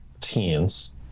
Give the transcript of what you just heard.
teens